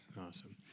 awesome